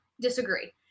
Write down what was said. disagree